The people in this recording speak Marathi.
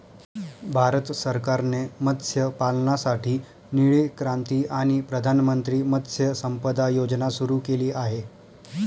भारत सरकारने मत्स्यपालनासाठी निळी क्रांती आणि प्रधानमंत्री मत्स्य संपदा योजना सुरू केली आहे